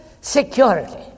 security